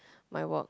my work